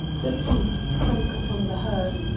the peats sunk upon the hearth,